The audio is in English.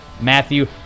Matthew